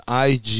IG